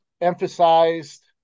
emphasized